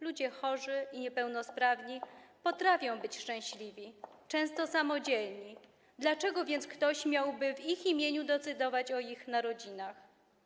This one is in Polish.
Ludzie chorzy i niepełnosprawni potrafią być szczęśliwi, często samodzielni, dlaczego więc ktoś miałby w ich imieniu decydować o ich narodzinach?